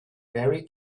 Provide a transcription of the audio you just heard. very